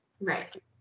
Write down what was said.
right